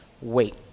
wait